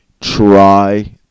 try